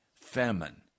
famine